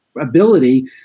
ability